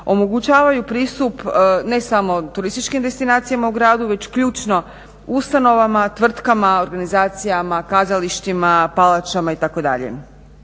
omogućavaju pristup ne samo turističkim destinacijama u gradu već ključno ustanovama, tvrtkama, organizacijama, kazalištima, palačama itd.